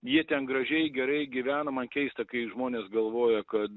jie ten gražiai gerai gyvena man keista kai žmonės galvoja kad